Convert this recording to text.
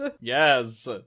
Yes